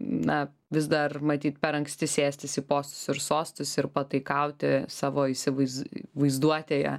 na vis dar matyt per anksti sėstis į postus ir sostus ir pataikauti savo įsivaiz vaizduotėje